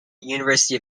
university